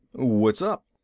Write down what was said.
what's up?